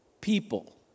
People